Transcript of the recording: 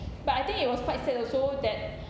but I think it was quite sad also that